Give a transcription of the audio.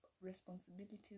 Responsibilities